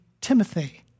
Timothy